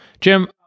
Jim